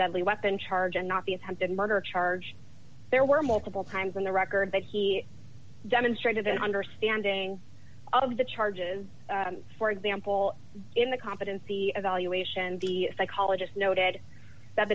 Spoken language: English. deadly weapon charge and not the attempted murder charge there were multiple times in the record that he demonstrated an understanding of the charges for example in the competency evaluation the psychologist noted that